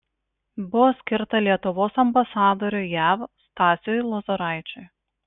buvo skirta lietuvos ambasadoriui jav stasiui lozoraičiui